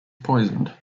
poisoned